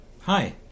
Hi